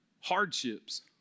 hardships